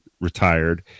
retired